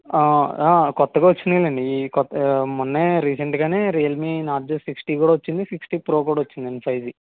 కొత్తగా వచ్చిన్నాయండి ఈ కొత్త మొన్నె రీసెంట్ గానే రియల్మీ నార్జో సిక్స్టీ వచ్చింది రియల్మీ నార్జో సిక్స్టీ ప్రో కూడా వచ్చిందండి ఫై జీ